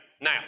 Now